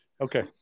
Okay